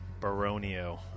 Baronio